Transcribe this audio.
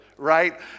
right